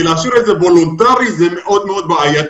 כי להשאיר את זה וולונטרי זה מאוד בעייתי.